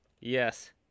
Yes